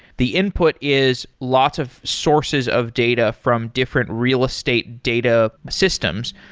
the input is lots of sources of data from different real estate data systems.